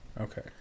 Okay